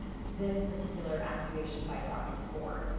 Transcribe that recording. this particular accusation by dr. ford.